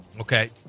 Okay